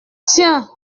tiens